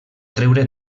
treure